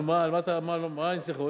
נו, מה אני עוד?